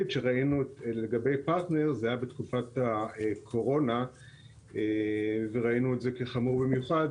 לגבי פרטנר זה היה בתקופת הקורונה וראינו את זה חמור במיוחד